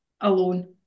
alone